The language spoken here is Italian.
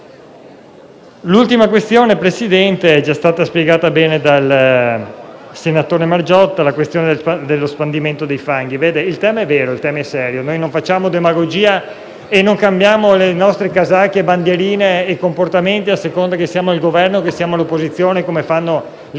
L’ultima questione, Presidente, come spiegato bene dal relatore Margiotta, concerne lo spandimento dei fanghi. Il tema è serio; noi non facciamo demagogia e non cambiamo le nostre casacche, bandierine e comportamenti a seconda che siamo al Governo o all’opposizione, come fanno le